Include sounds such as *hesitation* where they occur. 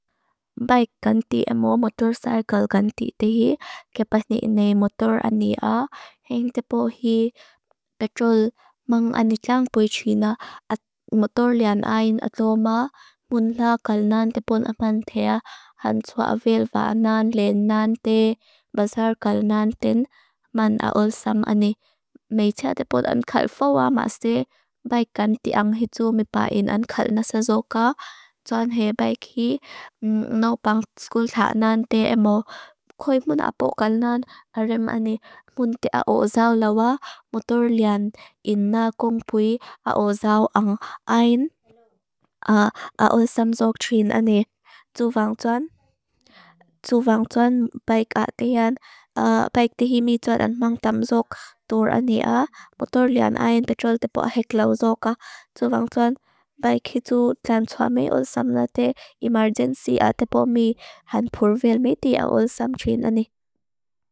Baik ganti emo, motor sajkal ganti tehi. Kepa ni inai motor ani a. Heng tepo hi petrol mang ani tlang puichina at motor lian a in atoma. Munla kalnan tepon aman thea. Hanswa avil va'a nan len nan te. Bazar kalnan ten man aul sam ani. Mecha tepon an khal foa mas te. Baik ganti ang hitu mi pa in an khal nasazoka. Tuan hei baiki *hesitation* nopang tskul tha'a nan te emo. Koi mun a pokal nan. A rem ani mun te a ozao lawa. Motor lian ina kong pui a ozao ang a in. A aul samzok trin ani. Tuvang tuan. Tuvang tuan baik a tehi an. Baik tehi mi tuan an mang tamzok tur ani a. Motor lian a in petrol tepo a hek lau zoka. Tuvang tuan baiki tu tan tua me aul sam na te. Emergenci a tepo mi han purvil me te a aul sam trin ani.